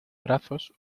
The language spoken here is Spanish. brazos